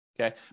okay